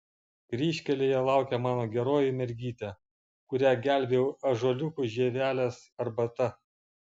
kryžkelėje laukia mano geroji mergytė kurią gelbėjau ąžuoliukų žievelės arbata